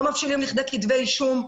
לא מבשילים לכדי כתבי אישום.